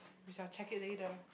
we shall check it later